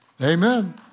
Amen